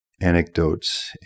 anecdotes